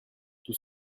tout